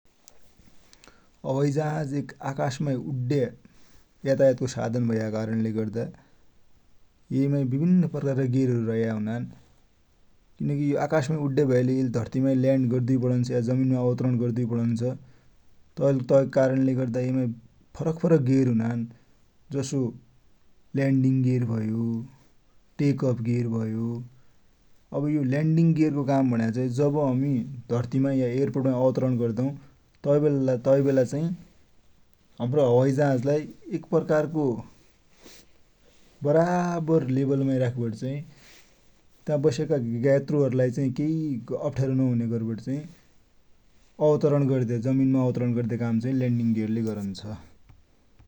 हवाइजहाज एक आकाशमा उड्या यातायातको साधन भया कारणले गर्दा येमा विभिन्न प्रकारका गेरहरु रया हुनान् । किनकि यो आकाशमा उड्या भयालै धर्तीमा ल्याण्ड गर्दुपडुन्छ, या जमिनमा अवतरण गर्दुपडुन्छ । तैले तेको कारणले गर्दा ये मा फरक फरक गेर हुनान्, जसो ल्याण्डिङ गेर भयो, टेकअफ गेर भयो । अव यो ल्याण्डिक गेरको काम भुण्या चाही जव हमी धर्तीमा या एयरपोर्टमा अवतरण गर्दु ज्ञद्दघ तेवेलाचाही हम्रो हवाइजहाजलाई एक प्रकारको बरावर लेवलमा राखिवटि चाहि ता बस्याका यात्रुहरुलाई केइ अप्ठ्यारो नहुन्या गरिवटिचाहि अवतरण गद्या, जमिनमा अवतरण गद्या काम चाही ल्याण्डिक गेरले गरुन्छ ।